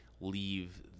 leave